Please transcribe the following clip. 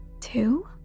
Two